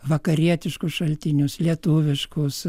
vakarietiškus šaltinius lietuviškus